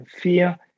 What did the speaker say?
fear